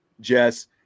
Jess